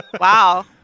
Wow